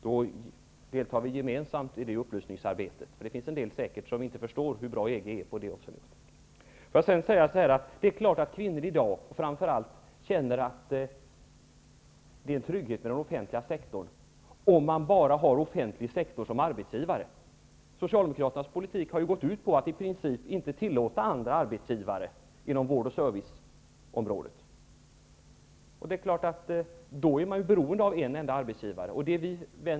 Då deltar vi gemensamt i upplysningsarbetet kring detta. Det finns säkert en del som inte förstår hur bra EG är i det avseendet. Det är klart att kvinnor i dag känner att tryggheten framför allt finns inom den offentliga sektorn om de bara har den offentliga sektorn som arbetsgivare. Socialdemokraternas politik har ju gått ut på att i princip inte tillåta andra arbetsgivare inom vårdoch serviceområdet, och då är man självfallet beroende av en enda arbetsgivare.